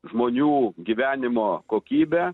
žmonių gyvenimo kokybė